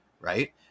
right